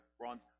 bronze